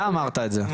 אתה אמרת את זה.